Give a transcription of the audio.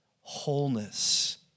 wholeness